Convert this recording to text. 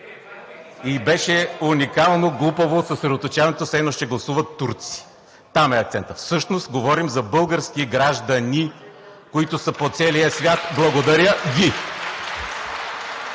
И беше уникално глупаво съсредоточаването – все едно ще гласуват турци. Там е акцентът. Всъщност говорим за български граждани, които са по целия свят. Благодаря Ви.